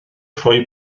rhoi